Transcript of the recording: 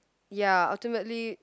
ya ultimately